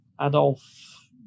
Adolf